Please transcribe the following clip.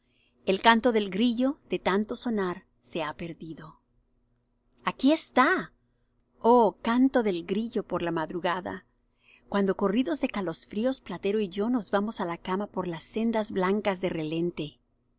el canto del grillo de tanto sonar se ha perdido aquí está oh canto del grillo por la madrugada cuando corridos de calosfríos platero y yo nos vamos á la cama por las sendas blancas de relente